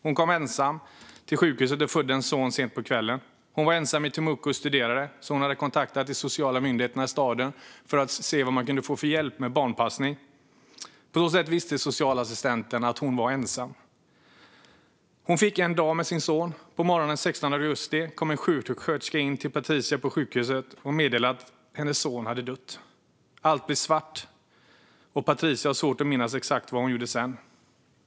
Hon kom ensam till sjukhuset och födde en son sent på kvällen. Hon var ensam i Temuco och studerade, så hon hade kontaktat de sociala myndigheterna i staden för att höra om hon kunde få hjälp med barnpassning. På så sätt visste socialassistenten att hon var ensam. Patricia fick en enda dag med sin son. På morgonen den 16 augusti kom en sjuksköterska in till Patricia på sjukhuset och meddelade att hennes son hade dött. Allt blev svart, och Patricia har svårt att minnas exakt vad hon gjorde sedan.